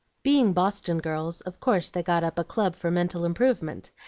being boston girls, of course they got up a club for mental improvement,